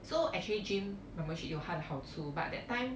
so actually gym membership 有他的好处 but that time